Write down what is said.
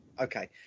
Okay